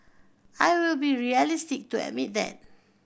I will be realistic to admit that